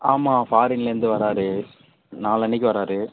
ஆமாம் ஃபாரின்லந்து வரார் நாளான்னக்கு வரார்